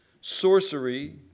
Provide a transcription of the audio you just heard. sorcery